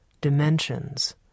dimensions